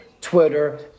Twitter